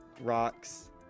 rocks